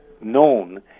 known